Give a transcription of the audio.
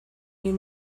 you